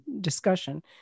discussion